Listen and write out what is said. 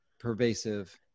pervasive